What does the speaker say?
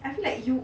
I feel like you